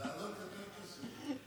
להעלות יותר קשה.